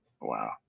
Wow